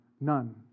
None